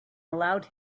allowed